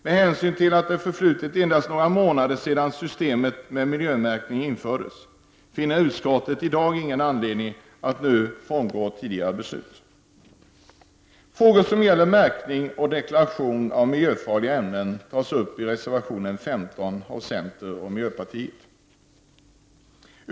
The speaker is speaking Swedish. Med hänsyn till att det förflutit endast några månader sedan systemet med miljömärkning infördes, finner utskottet ingen anledning att nu frångå tidigare beslut. Frågor som gäller märkning och deklaration av miljöfarliga ämnen tas upp i reservation 15 av centern och miljöpartiet.